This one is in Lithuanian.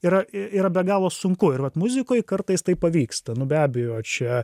yra yra be galo sunku ir vat muzikoj kartais tai pavyksta nu be abejo čia